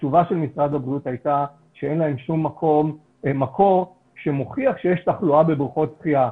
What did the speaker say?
ותשובתם הייתה שאין להם שום מקור שמוכיח שיש תחלואה בבריכות שחיה.